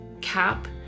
cap